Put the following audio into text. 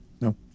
no